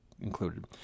included